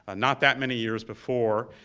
and not that many years before,